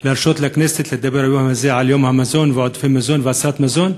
להרשות לכנסת לדבר היום הזה על יום המזון ועודפי מזון והצלת מזון.